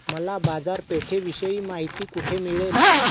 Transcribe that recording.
मला बाजारपेठेविषयी माहिती कोठे मिळेल?